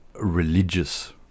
religious